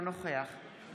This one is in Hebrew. אינו נוכח אמיר אוחנה,